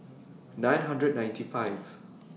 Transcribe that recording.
nine hundred ninety five